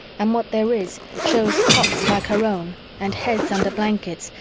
and what there is shows cots like her own and heads under blankets,